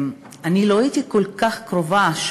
אני לא הייתי כל כך קרובה.